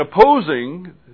opposing